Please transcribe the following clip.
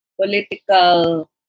political